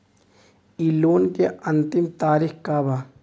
इ लोन के अन्तिम तारीख का बा?